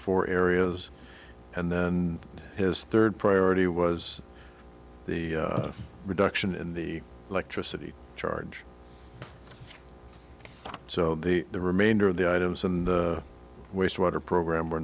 four areas and then his third priority was the reduction in the electricity charge so the remainder of the items and wastewater program